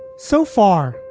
so far,